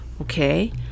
Okay